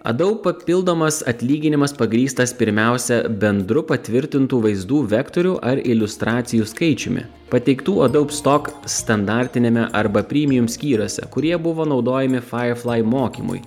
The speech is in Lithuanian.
adobe papildomas atlyginimas pagrįstas pirmiausia bendru patvirtintų vaizdų vektorių ar iliustracijų skaičiumi pateiktų adobe stock standartiniame arba premium skyriuose kurie buvo naudojami firefly mokymui